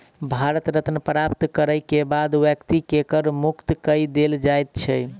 भारत रत्न प्राप्त करय के बाद व्यक्ति के कर मुक्त कय देल जाइ छै